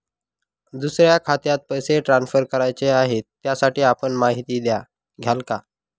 दुसऱ्या खात्यात पैसे ट्रान्सफर करायचे आहेत, त्यासाठी आपण माहिती द्याल का?